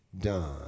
done